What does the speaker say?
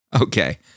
Okay